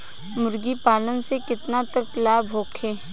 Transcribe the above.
मुर्गी पालन से केतना तक लाभ होखे?